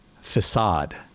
facade